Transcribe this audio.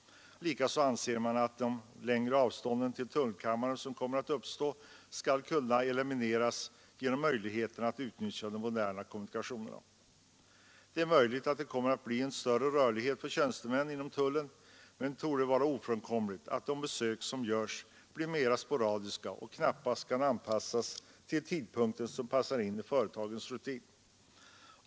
Likaså anser man att de längre avstånden till tullkammare skall kunna elimineras genom möjligheterna att utnyttja de moderna kommunikationerna. Det är möjligt att det kommer att bli en större rörlighet bland tjänstemännen inom tullen, men det torde vara ofrånkomligt att de besök som görs blir mera sporadiska och knappast kan anpassas till tidpunkter som passar in i företagens rutin.